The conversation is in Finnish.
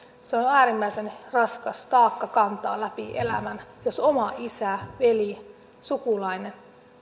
se on äärimmäisen raskas taakka kantaa läpi elämän jos oma isä veli sukulainen